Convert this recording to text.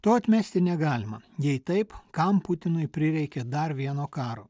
to atmesti negalima jei taip kam putinui prireikė dar vieno karo